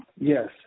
Yes